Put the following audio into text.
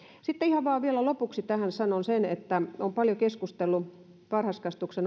sitten ihan vain vielä lopuksi tähän sanon sen että olen paljon keskustellut varhaiskasvatuksen